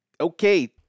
Okay